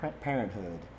parenthood